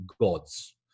gods